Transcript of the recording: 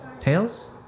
Tails